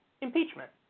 impeachment